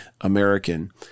American